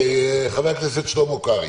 חבר הכנסת שלמה קרעי.